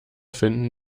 finden